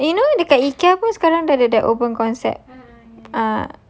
ya you know dekat ikea pun sekarang dia pun ada open concept